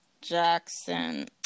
Jackson